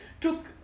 took